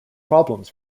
problems